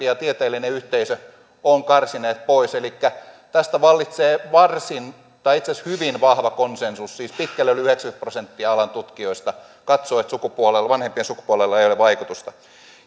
ja tieteellinen yhteisö ovat karsineet pois elikkä tästä vallitsee varsin tai itse asiassa hyvin vahva konsensus siis pitkälle yli yhdeksänkymmentä prosenttia alan tutkijoista katsoo että vanhempien sukupuolella ei ole vaikutusta